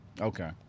Okay